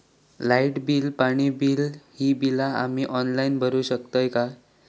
Light bill, पाणी bill, ही बिला आम्ही ऑनलाइन भरू शकतय का?